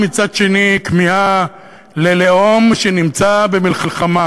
ומצד שני כמיהה ללאום שנמצא במלחמה